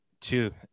two